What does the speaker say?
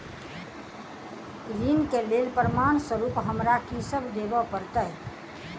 ऋण केँ लेल प्रमाण स्वरूप हमरा की सब देब पड़तय?